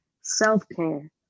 self-care